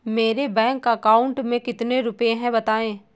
मेरे bank account में कितने रुपए हैं बताएँ?